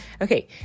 Okay